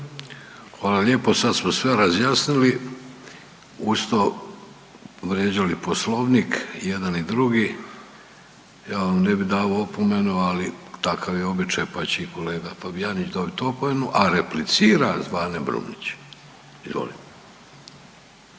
Hvala lijepo, sad smo sve razjasnili uz to vrijeđali Poslovnik jedan i drugi. Ja vam ne bi dao opomenu, ali takav je običaj pa će i kolega Fabijanić dobiti opomenu, a replicira Zvane Brumnić. Izvolite.